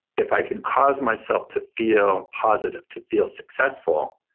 if i can cause myself to feel positive, to feel successful,